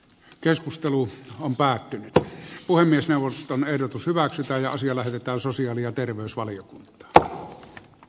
keskustelu on päättynyttä puhemiesneuvoston ehdotus hyväksytään asia lähetetään sosiaali ja terveysvaliokunta toteaa näin faktista